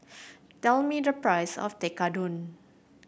tell me the price of Tekkadon